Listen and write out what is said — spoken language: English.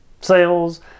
sales